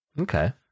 Okay